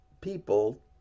people